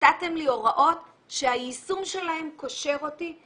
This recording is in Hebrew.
נתתם לי הוראות שהיישום שלהן קושר אותי,